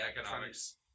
economics